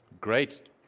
Great